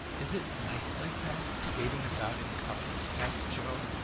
is it nice, like that, skating about in couples? asked joe.